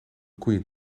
koeien